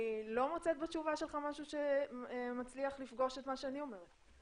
אני לא מוצאת בתשובה שלך משהו שמצליח לפגוש את מה שאני אומרת.